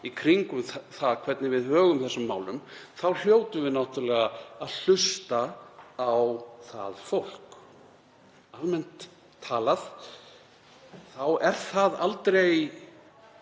í kringum það hvernig við högum þessum málum þá hljótum við náttúrlega að hlusta á það fólk. Almennt talað er það aldrei